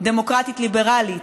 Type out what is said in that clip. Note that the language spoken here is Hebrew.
דמוקרטית-ליברלית,